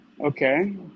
Okay